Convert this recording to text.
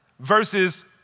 Versus